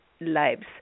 lives